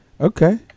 okay